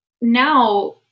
now